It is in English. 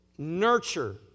Nurture